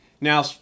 Now